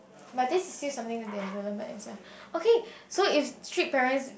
but this is still something that they learn themselves okay so if strict parents